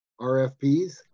RFPs